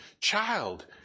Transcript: child